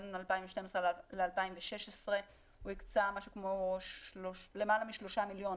בין 2012 ל-2016 למעלה מ-3 מיליון